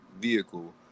vehicle